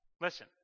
listen